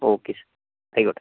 okay sir ആയിക്കോട്ടെ